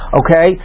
okay